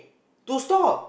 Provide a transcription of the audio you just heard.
to stop